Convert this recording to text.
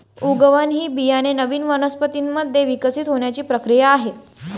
उगवण ही बियाणे नवीन वनस्पतीं मध्ये विकसित होण्याची प्रक्रिया आहे